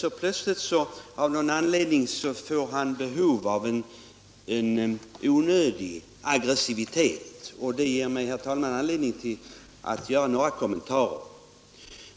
Men plötsligt av någon anledning får han behov av en onödig aggressivitet, och det ger mig anledning, herr talman, att göra några kommentarer.